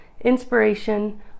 inspiration